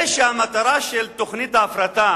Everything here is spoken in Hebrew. זה שהמטרה של תוכנית ההפרטה,